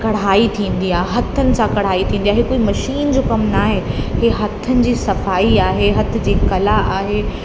कढ़ाई थींदी आहे हथनि सां कढ़ाई थींदी आहे इहे कोई मशीन जो कमु न आहे इहे हथनि जी सफ़ाई आहे हथ जो कला आहे